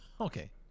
Okay